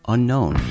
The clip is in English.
Unknown